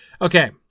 Okay